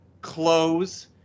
close